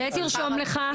זה תרשום לך.